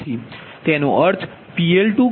તેથી તેનો અર્થ PL2QL2બંને 0 છે